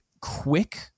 quick